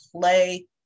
play